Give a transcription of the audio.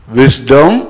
wisdom